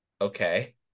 Okay